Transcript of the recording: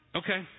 okay